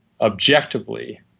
objectively